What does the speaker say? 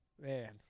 Man